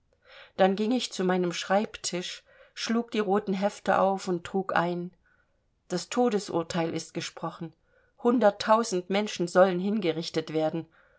dann ging ich zu meinem schreibtisch schlug die roten hefte auf und trug ein das todesurteil ist gesprochen hunderttausend menschen sollen hingerichtet werden